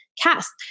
cast